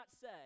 say